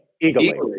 Eagerly